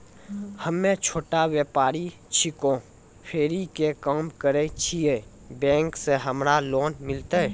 हम्मे छोटा व्यपारी छिकौं, फेरी के काम करे छियै, बैंक से हमरा लोन मिलतै?